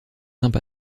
saints